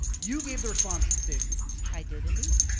you gave the response to the state of the union. i did indeed.